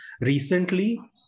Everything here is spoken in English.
Recently